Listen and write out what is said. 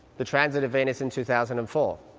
the transit of venus in two thousand and four,